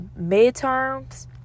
Midterms